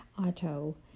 Auto